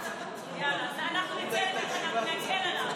אז אנחנו נצא, ככה אנחנו נקל עליו.